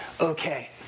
okay